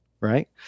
right